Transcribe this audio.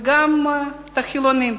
וגם את החילונים,